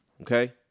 Okay